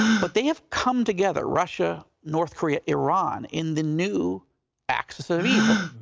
but they have come together, russia, north korea, iran in the new axis of evil.